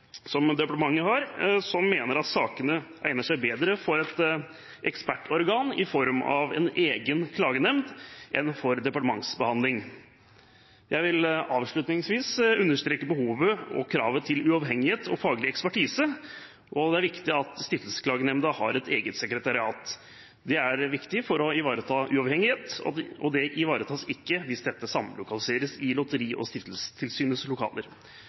som mener at sakene egner seg bedre for et ekspertorgan i form av en egen klagenemnd enn for departementsbehandling. Jeg vil avslutningsvis understreke behovet for og kravet til uavhengighet og faglig ekspertise, og at det er viktig at Stiftelsesklagenemnda har et eget sekretariat. Det er viktig for å ivareta uavhengighet, og det ivaretas ikke hvis dette samlokaliseres i Lotteri- og stiftelsestilsynets lokaler.